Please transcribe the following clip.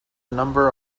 number